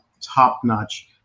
top-notch